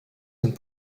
and